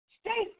stay